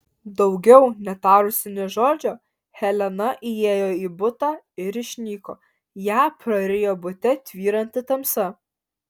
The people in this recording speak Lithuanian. daugiau netarusi nė žodžio helena įėjo į butą ir išnyko ją prarijo bute tvyranti tamsa